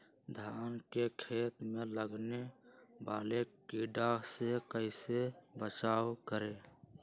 धान के खेत मे लगने वाले टिड्डा से कैसे बचाओ करें?